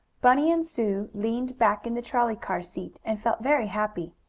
bunny and sue leaned back in the trolley car seat, and felt very happy.